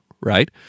right